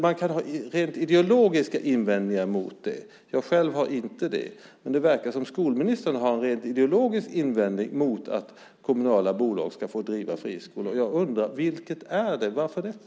Man kan ha rent ideologiska invändningar mot det. Jag själv har inte det, men det verkar som om skolministern har en rent ideologisk invändning mot att kommunala bolag ska få driva friskolor. Jag undrar: Varför det?